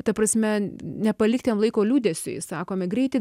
ta prasme nepalikti jam laiko liūdesiui sakome greitai